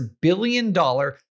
billion-dollar